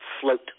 float